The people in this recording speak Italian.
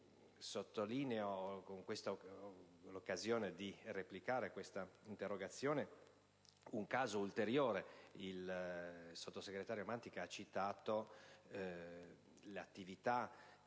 Sottolineo, cogliendo l'occasione della replica a questa interrogazione, un caso ulteriore. Il sottosegretario Mantica ha citato l'attività, per mantenere